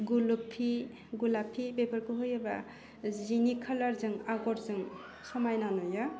गल'फि गलाफि बेफोरखौ होयोबा जिनि खालारजों आगरजों समायना नुयो